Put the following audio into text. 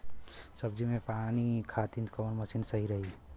सब्जी में पानी खातिन कवन मशीन सही रही?